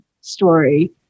story